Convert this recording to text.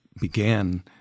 began